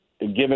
given